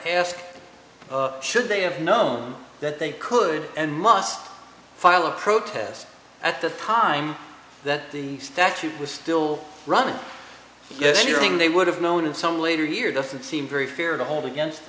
ask should they have known that they could and must file a protest at the time that the statute was still running if anything they would have known at some later here doesn't seem very fair to hold against